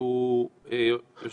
בכלל להחריג את